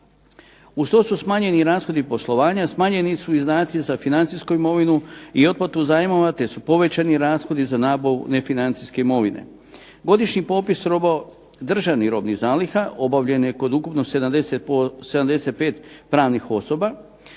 Uz to su smanjeni i rashodi poslovanja, smanjeni su izdaci za financijsku imovinu, i otplatu zajmova te su povećani rashodi za nabavu nefinancijske imovine. Godišnji popis roba državnih robnih zaliha obavljen je kod ukupno 75 pravnih osoba